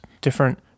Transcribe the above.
different